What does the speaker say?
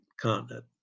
continent